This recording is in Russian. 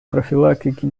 профилактики